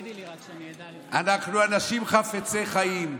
אנחנו אנשים חפצי חיים,